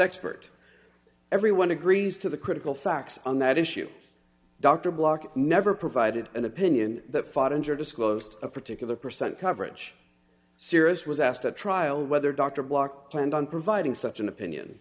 expert everyone agrees to the critical facts on that issue dr block never provided an opinion that fought injured disclosed a particular percent coverage sirius was asked at trial whether dr bloch planned on providing such an opinion